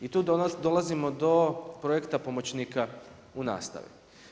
I tu dolazimo do projekta pomoćnika u nastavi.